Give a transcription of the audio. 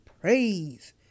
praise